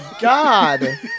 God